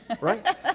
right